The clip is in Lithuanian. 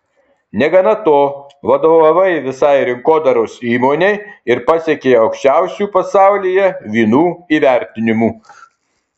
negana to vadovavai visai rinkodaros įmonei ir pasiekei aukščiausių pasaulyje vynų įvertinimų